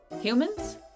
humans